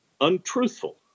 untruthful